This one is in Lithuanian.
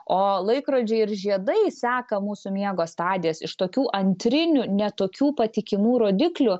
o laikrodžiai ir žiedai seka mūsų miego stadijas iš tokių antrinių ne tokių patikimų rodiklių